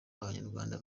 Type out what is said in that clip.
abanyarwanda